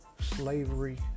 slavery